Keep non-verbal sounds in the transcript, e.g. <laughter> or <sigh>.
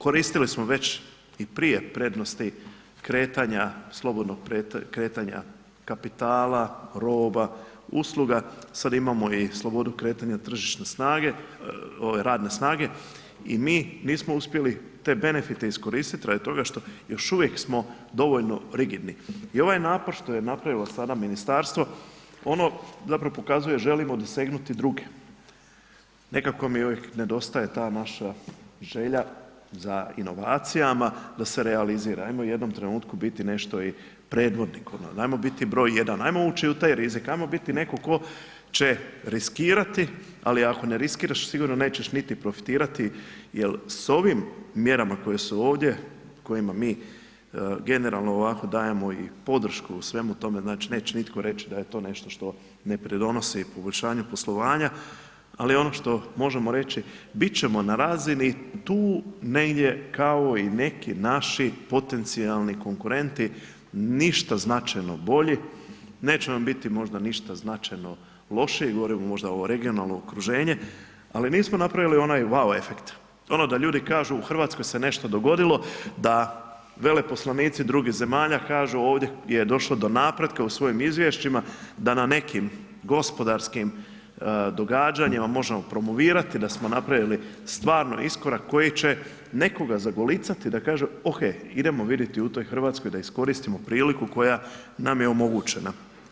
Koristili smo već i prije prednosti kretanja, slobodnog kretanja kapitala, roba, usluga, sada imamo i slobodu kretanja tržišne snage, radne snage i mi nismo uspjeli te benefite iskoristiti radi toga što smo dovoljno rigidni i ovaj napor što je napravilo sada ministarstvo, ono zapravo pokazuje želimo dosegnuti druge, nekako mi uvijek nedostaje ta naša želja za inovacijama da se realizira, ajmo u jednom trenutku biti nešto i predvodnik, ajmo biti broj 1, ajmo ući u taj rizik, ajmo biti netko tko će riskirati ali ako ne riskiraš, sigurno nećeš niti profitirati jer s ovim mjerama koje su ovdje, o kojima mi generalno ovako dajemo i podršku u svemu tome, znači neće nitko reći da je to nešto što pridonosi poboljšanju poslovanja ali ono što možemo reći, bit ćemo na razini tu negdje kao i neki napi potencijalni konkurenti ništa značajno bolji, nećemo nam biti možda biti ništa značajno lošije, ... <unintelligible> možda ovo regionalno okruženje ali nismo napravili onaj wow efekt, ono da ljudi kažu u Hrvatskoj se nešto dogodilo, da veleposlanici drugih zemalja kažu ovdje je došlo do napretka u svojim izvješćima, da na nekim gospodarskim događanjima možemo promovirati da smo napravili stvarno iskorak koji će nekoga zagolicati da kažu ok, idemo vidjeti u toj Hrvatskoj da iskoristimo priliku koja nam je omogućena.